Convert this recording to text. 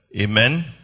Amen